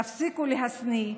תפסיקו להשניא,